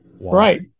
Right